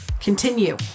Continue